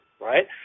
right